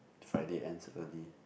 Friday ends early